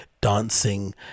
dancing